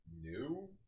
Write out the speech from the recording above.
New